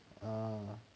um